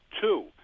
Two